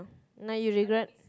now you regret